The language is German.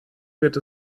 wird